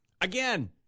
Again